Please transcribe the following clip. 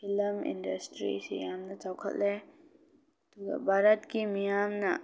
film ꯏꯟꯗꯁꯇ꯭ꯔꯤꯁꯤ ꯌꯥꯝꯅ ꯆꯥꯎꯈꯠꯂꯦ ꯑꯗꯨꯒ ꯚꯥꯔꯠꯀꯤ ꯃꯤꯌꯥꯝꯅ